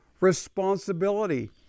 responsibility